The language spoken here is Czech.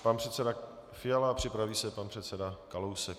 Pan předseda Fiala a připraví se pan předseda Kalousek.